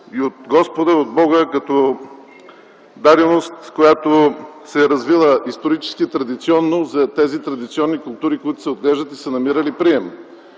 и от Господа, от Бога като даденост, която се е развила исторически, традиционно за тези култури, които се отглеждат тук и са намирали добър